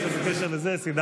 השר